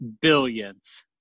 billions